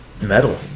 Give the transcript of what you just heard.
Metal